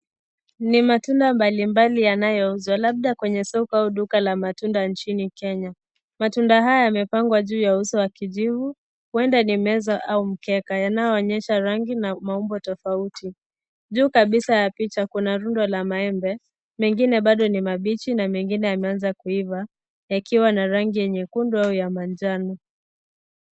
Ni matunda mbalimbali yanayo uzwa labda kwenye sokoni au duka la matunda nchini Kenya. Matunda haya yamepangwa juu ya uzio la kijivu uenda ni meza au mkeka yanayoonyesha rangi na maumbo tofauti, juu kabisa ya picha kuna rundo la maembe mengine bado ni mabichi na mengine yameanza kuiva yakiwa na rangi nyekundu au ya manjano.